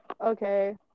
okay